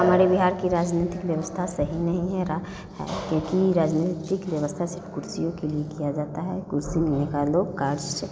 हमारे बिहार की राजनीतिक व्यवस्था सही नहीं है क्योंकि राजनीतिक व्यवस्था सिर्फ कुर्सियों के लिए किया जाता है कुर्सी निकालो कार्य स